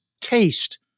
taste